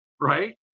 Right